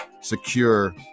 secure